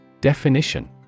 Definition